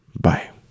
Bye